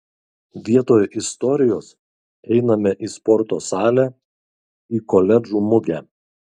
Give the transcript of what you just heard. vietoj istorijos einame į sporto salę į koledžų mugę